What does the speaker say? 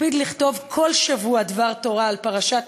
הקפיד לכתוב כל שבוע דבר תורה על פרשת